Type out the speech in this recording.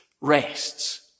rests